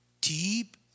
deep